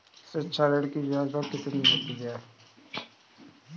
शिक्षा ऋण की ब्याज दर कितनी होती है?